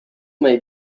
may